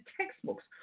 textbooks